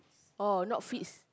oh not fit